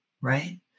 right